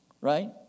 Right